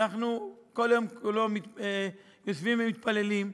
אנחנו כל היום כולו יושבים ומתפללים,